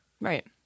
right